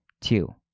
Two